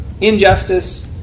injustice